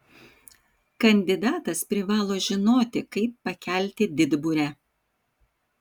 kandidatas privalo žinoti kaip pakelti didburę